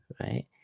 right